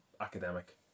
academic